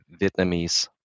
vietnamese